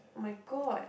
my god